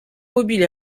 mobiles